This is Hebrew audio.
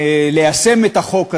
ליישם את החוק הזה.